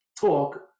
talk